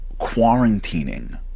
quarantining